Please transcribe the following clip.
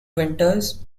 writers